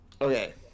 Okay